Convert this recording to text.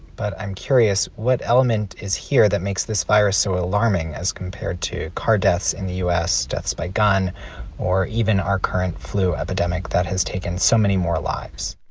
but i'm curious what element is here that makes this virus so alarming, as compared to car deaths in the u s, deaths by gun or even our current flu epidemic that has taken so many more lives?